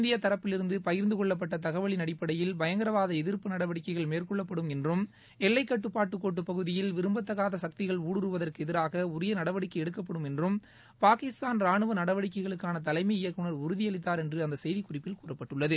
இந்திய தரப்பிலிருந்து பகிர்ந்து கொள்ளப்பட்ட தகவல் அடிப்படையில் பயங்கரவாத எதிர்ப்பு நடவடிக்கைகள் மேற்கொள்ளப்படும் என்றும் எல்லைக்கட்டுப்பாட்டு கோடு பகுதியில் விரும்பத்தகாத கக்திகள் ஊடுறுவுவதற்கு எதிராக உரிய நடவடிக்கை எடுக்கப்படும் என்றும் பாகிஸ்தான் ரானுவ நடவடிக்கைகளுக்கான தலைம இயக்குநர் உறுதியளித்தார் என்று அந்த கூறப்பட்டுள்ளது